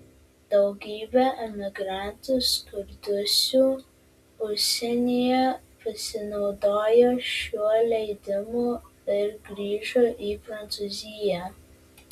daugybė emigrantų skurdusių užsienyje pasinaudojo šiuo leidimu ir grįžo į prancūziją